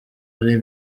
ari